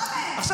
עכשיו,